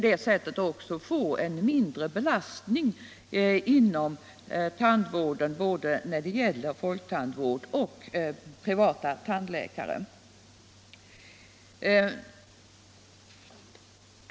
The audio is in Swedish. Detta kan också innebära en mindre belastning inom tandvården, när det gälier både folktandvården och de privata tandläkarna.